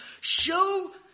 Show